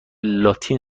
لاتین